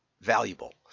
valuable